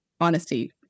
honesty